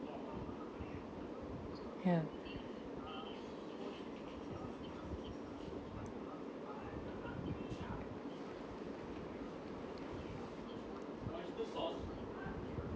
ya